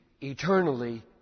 eternally